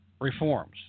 reforms